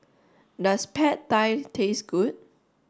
does Pad Thai taste good